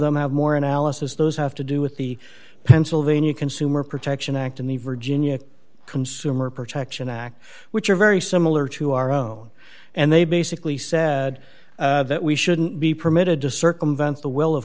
them have more analysis those have to do with the pennsylvania consumer protection act and the virginia consumer protection act which are very similar to our own and they basically said that we shouldn't be permitted to circumvent the will of